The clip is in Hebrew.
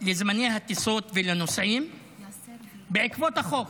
לזמני הטיסות ולנוסעים בעקבות החוק.